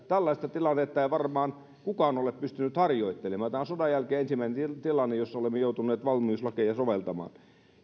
tällaista tilannetta ei varmaan kukaan ole pystynyt harjoittelemaan tämä on sodan jälkeen ensimmäinen tilanne jossa olemme joutuneet valmiuslakeja soveltamaan